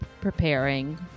preparing